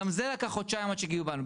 גם זה לקח חודשיים עד שקיבלנו.